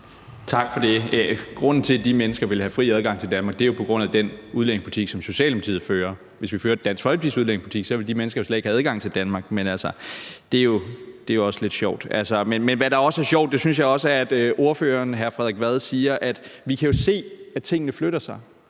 Tak for det. Grunden til, at de mennesker vil have fri adgang til Danmark, er jo den udlændingepolitik, som Socialdemokratiet fører. Hvis vi førte Dansk Folkepartis udlændingepolitik, ville de mennesker jo slet ikke have adgang til Danmark. Altså, det er jo lidt sjovt. Men hvad jeg også synes er sjovt, er, at ordføreren, hr. Frederik Vad, siger, at vi jo kan se, at tingene flytter sig,